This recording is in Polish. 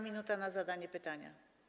Minuta na zadanie pytania.